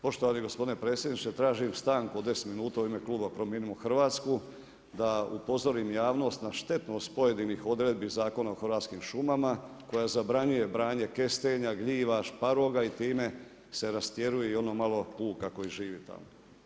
Poštovani gospodine predsjedniče, tražim stanku od 10 minuta u ime kluba Promijenimo Hrvatsku da upozorim javnost za štetnost pojedinih odredbi Zakona o hrvatskim šumama koja zabranjuje brnje kestenja, gljiva, šparoga i time se rastjeruje i ono malo puka koji živi tamo.